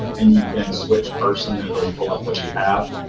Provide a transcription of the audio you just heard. and you can switch person, it'll pull up what you have.